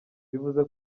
bivuze